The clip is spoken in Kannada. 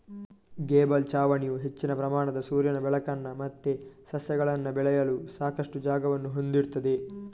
ಗೇಬಲ್ ಛಾವಣಿಯು ಹೆಚ್ಚಿನ ಪ್ರಮಾಣದ ಸೂರ್ಯನ ಬೆಳಕನ್ನ ಮತ್ತೆ ಸಸ್ಯಗಳನ್ನ ಬೆಳೆಯಲು ಸಾಕಷ್ಟು ಜಾಗವನ್ನ ಹೊಂದಿರ್ತದೆ